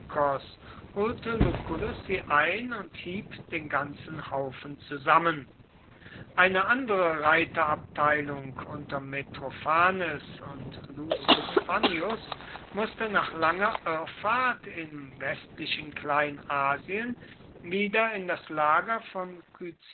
ein und hieb den ganzen haufen zusammen eine andere reiterabteilung unter metrophanes und lucius fannius mußte nach langer irrfahrt im westlichen kleinasien wieder in das lager vor